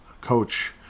coach